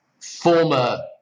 former